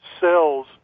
cell's